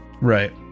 right